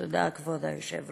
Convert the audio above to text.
תודה, כבוד היושב-ראש.